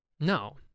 No